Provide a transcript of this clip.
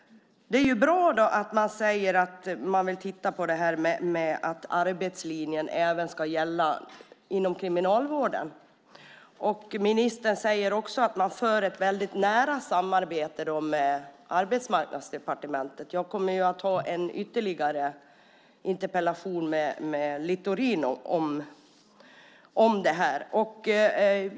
Det är bra att man säger att arbetslinjen ska gälla även inom kriminalvården. Ministern säger också att man för ett väldigt nära samarbete med Arbetsmarknadsdepartementet. Jag kommer att ha en interpellationsdebatt också med Littorin om det här.